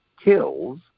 kills